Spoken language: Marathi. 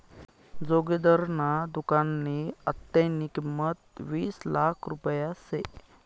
जोगिंदरना दुकाननी आत्तेनी किंमत वीस लाख रुपया शे